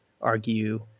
argue